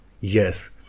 yes